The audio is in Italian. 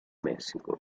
messico